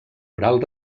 oral